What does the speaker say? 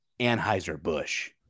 Anheuser-Busch